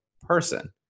person